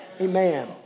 Amen